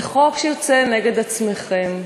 זה חוק שיוצא נגד עצמכם.